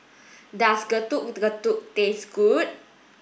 does Getuk Getuk taste good